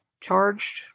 charged